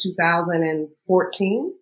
2014